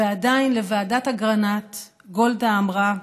ועדיין לוועדת אגרנט גולדה אמרה: